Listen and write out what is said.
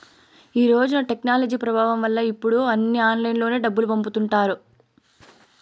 ఈ రోజున టెక్నాలజీ ప్రభావం వల్ల ఇప్పుడు అన్నీ ఆన్లైన్లోనే డబ్బులు పంపుతుంటారు